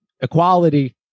equality